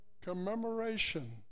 commemoration